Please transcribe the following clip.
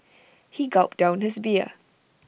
he gulped down his beer